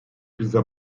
krize